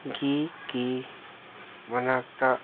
ꯒꯤ ꯀꯤ ꯃꯅꯥꯛꯇ